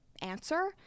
answer